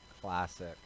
Classic